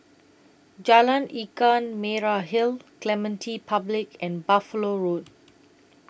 Jalan Ikan Merah Hill Clementi Public and Buffalo Road